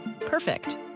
Perfect